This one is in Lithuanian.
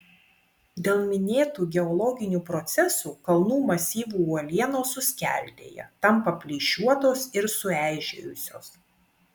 dėl minėtų geologinių procesų kalnų masyvų uolienos suskeldėja tampa plyšiuotos ir sueižėjusios